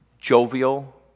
jovial